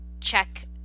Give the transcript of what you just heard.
check